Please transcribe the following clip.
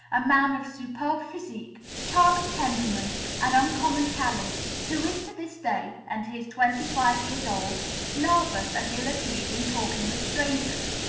a man of superb physique, charming temperament, and uncommon talent, who is to this day and he is twenty-five years old nervous and ill at ease in talking with strangers,